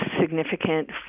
significant